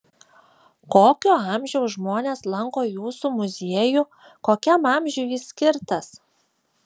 kokio amžiaus žmonės lanko jūsų muziejų kokiam amžiui jis skirtas